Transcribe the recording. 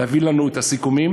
להביא לנו את הסיכומים,